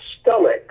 stomach